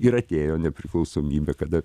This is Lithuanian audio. ir atėjo nepriklausomybė kada